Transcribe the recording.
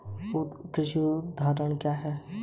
कृषि उपकरण क्या है?